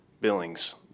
Billings